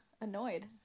annoyed